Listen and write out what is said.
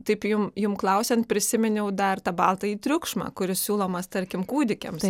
taip jum jum klausiant prisiminiau dar tą baltąjį triukšmą kuris siūlomas tarkim kūdikiams